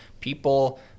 people